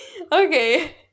Okay